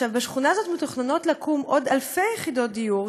בשכונה הזאת מתוכננות לקום עוד אלפי יחידות דיור,